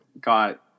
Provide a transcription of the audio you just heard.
got